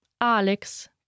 Alex